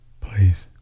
please